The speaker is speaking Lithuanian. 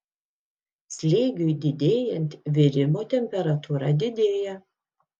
slėgiui didėjant virimo temperatūra didėja